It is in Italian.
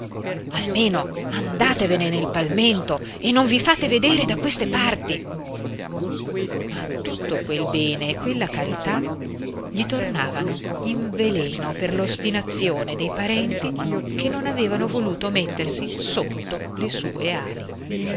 almeno andatevene nel palmento e non vi fate vedere da queste parti ma tutto quel bene e quella carità gli tornavano in veleno per l'ostinazione dei parenti che non avevano voluto mettersi sotto le sue ali